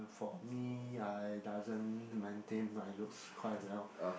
for me I doesn't maintain my looks quite well